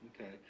okay